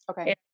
Okay